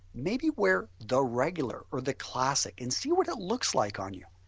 maybe wear the regular or the classic and see what it looks like on you.